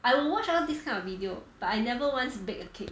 I will watch all this kind of video but I never once bake a cake